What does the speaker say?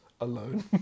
alone